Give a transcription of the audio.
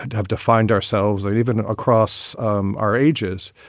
and have defined ourselves or even across um our ages.